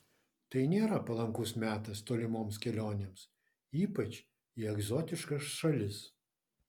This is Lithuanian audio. tai nėra palankus metas tolimoms kelionėms ypač į egzotiškas šalis